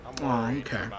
okay